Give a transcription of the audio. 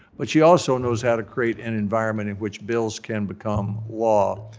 but she also knows how to create an environment in which bills can become law,